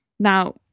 Now